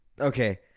Okay